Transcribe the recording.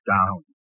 Down